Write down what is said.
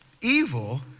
evil